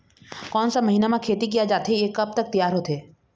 कोन सा महीना मा खेती किया जाथे ये कब तक तियार होथे?